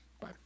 Bye